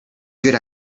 good